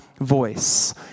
voice